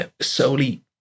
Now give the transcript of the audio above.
solely